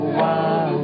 wow